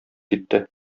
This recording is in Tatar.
китте